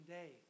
day